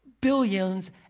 Billions